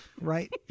right